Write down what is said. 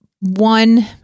One